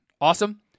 awesome